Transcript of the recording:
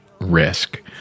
risk